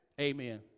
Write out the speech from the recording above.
Amen